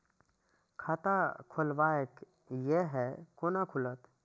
खाता खोलवाक यै है कोना खुलत?